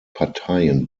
parteien